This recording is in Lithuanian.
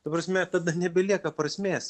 ta prasme tada nebelieka prasmės